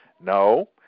No